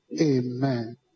Amen